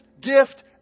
gift